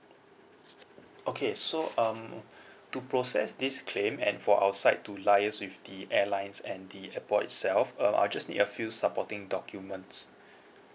okay so um to process this claim and for our side to liaise with the airlines and the airport itself um I'll just need a few supporting documents